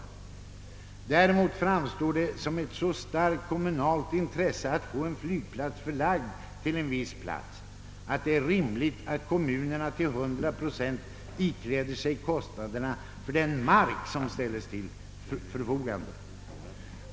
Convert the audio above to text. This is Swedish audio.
Däremot framstår det som ett så pass starkt kommunalt intresse att få en flygplats förlagd till en viss ort att det är rimligt att kommunerna till 100 procent ikläder sig kostnaderna för den mark som ställs till förfogande.